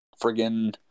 friggin